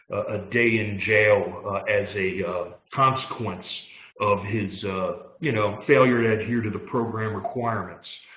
a day in jail as a consequence of his you know failure to adhere to the program requirements.